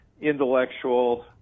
intellectual